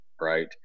right